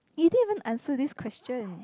you didn't even answer this question